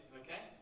okay